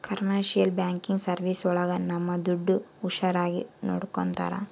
commercial banking service ಒಳಗ ನಮ್ ದುಡ್ಡು ಹುಷಾರಾಗಿ ನೋಡ್ಕೋತರ